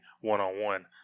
one-on-one